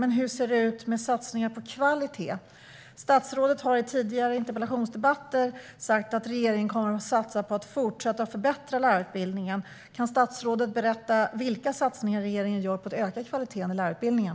Men hur ser det ut med satsningar på kvalitet? Statsrådet har i en tidigare interpellationsdebatt sagt att regeringen kommer att fortsätta att satsa på att förbättra lärarutbildningen. Kan statsrådet berätta vilka satsningar som regeringen gör för att öka kvaliteten på lärarutbildningen?